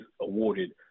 awarded